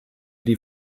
die